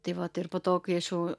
tai vat ir po to kai aš jau